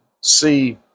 see